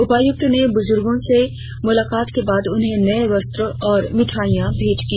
उपायुक्त ने बुजुर्गो से मुलाकात के बाद उन्हें नए वस्त्र और मिठाईयां भेंट की